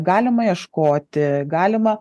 galima ieškoti galima